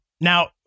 Now